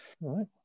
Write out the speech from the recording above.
right